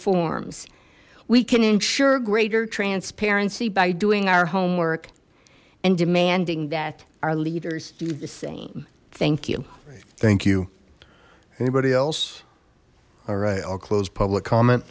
forms we can ensure greater transparency by doing our homework and demanding that our leaders do the same thank you thank you anybody else all right i'll close public comment